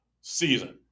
season